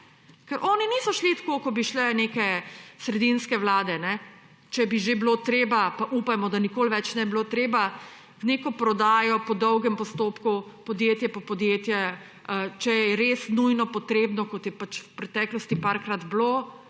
Ker oni niso šli tako, kot bi šle neke sredinske vlade, če bi že bilo treba, pa upajmo, da nikoli več ne bi bilo treba, v neko prodajo, po dolgem postopku, podjetje po podjetje, če je res nujno potrebno, kot je pač v preteklosti parkrat bilo,